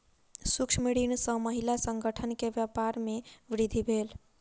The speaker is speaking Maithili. सूक्ष्म ऋण सॅ महिला संगठन के व्यापार में वृद्धि भेल